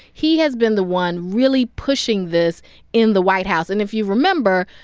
he has been the one really pushing this in the white house. and if you remember,